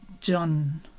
john